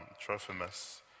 Trophimus